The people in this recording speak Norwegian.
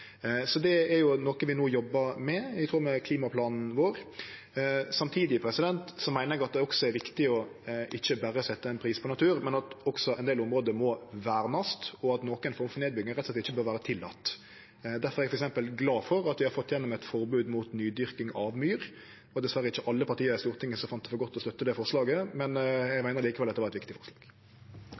så det er noko vi no jobbar med, i tråd med klimaplanen vår. Samtidig meiner eg at det også er viktig ikkje berre å setje ein pris på natur, men at ein del område må vernast, og at nokre former for nedbygging rett og slett ikkje bør vere tillatne. Difor er eg f.eks. glad for at vi har fått gjennom eit forbod mot nydyrking av myr. Det var dessverre ikkje alle parti i Stortinget som fann det for godt å ville støtte det forlaget, men eg meiner likevel det var eit viktig forslag.